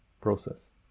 process